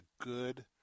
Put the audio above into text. good